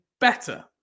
better